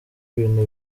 ibintu